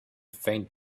faint